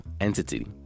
entity